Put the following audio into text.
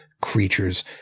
creatures